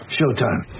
Showtime